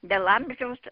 dėl amžiaus